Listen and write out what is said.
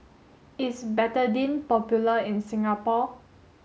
is Betadine popular in Singapore